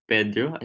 Pedro